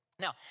Now